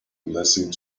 blessing